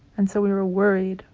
and so we were worried.